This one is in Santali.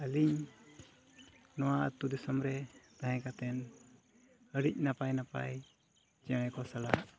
ᱟᱹᱞᱤᱧ ᱱᱚᱣᱟ ᱟᱛᱳᱼᱫᱤᱥᱚᱢ ᱨᱮ ᱛᱟᱦᱮᱸ ᱠᱟᱛᱮᱫ ᱟᱹᱰᱤ ᱱᱟᱯᱟᱭᱼᱱᱟᱯᱟᱭ ᱪᱮᱬᱮ ᱠᱚ ᱥᱟᱞᱟᱜ